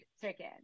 chicken